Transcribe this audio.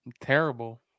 terrible